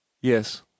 Yes